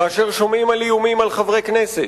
כאשר שומעים על איומים על חברי כנסת,